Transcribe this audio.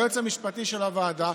היועץ המשפטי של הוועדה,